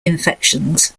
infections